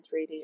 3D